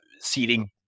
seating